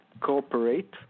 cooperate